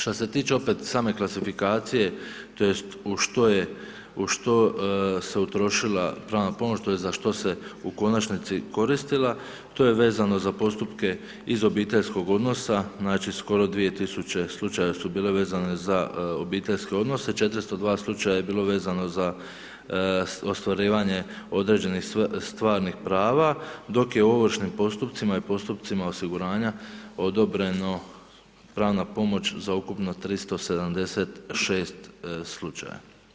Što se tiče opet same klasifikacije, tj. u što se utrošila pravna pomoć tj. za što se u konačnici koristila, to je vezano za postupke iz obiteljskog odnosa, znači skoro 2000 slučajeva su bile vezane za obiteljske odnose, 402 slučaja je bilo vezano za ostvarivanje određenih stvarnih prava dok je u ovršnim postupcima i postupcima osiguranja odobreno pravna pomoć za ukupno 376 slučaja.